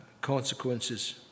Consequences